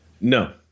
No